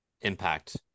impact